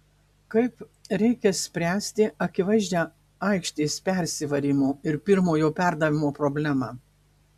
kaip reikia spręsti akivaizdžią aikštės persivarymo ir pirmojo perdavimo problemą